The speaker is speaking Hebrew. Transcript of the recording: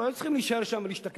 הם לא היו צריכים להישאר שם ולהשתקע